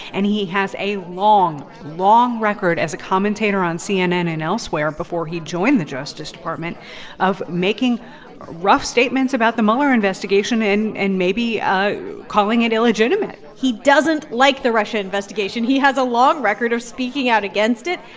and he has a long, long record as a commentator on cnn and elsewhere before he joined the justice department of making rough statements about the mueller investigation and maybe calling it illegitimate he doesn't like the russia investigation. he has a long record of speaking out against it.